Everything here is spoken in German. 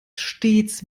stets